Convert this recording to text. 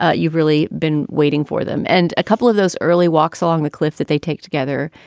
ah you've really been waiting for them. and a couple of those early walks along the cliff that they take together,